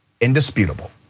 indisputable